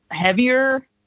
heavier